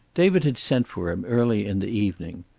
david had sent for him early in the evening.